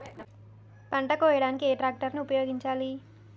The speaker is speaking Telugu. పంట కోయడానికి ఏ ట్రాక్టర్ ని ఉపయోగించాలి?